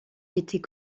était